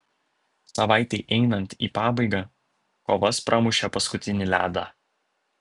savaitei einant į pabaigą kovas pramušė paskutinį ledą